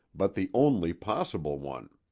but the only possible one.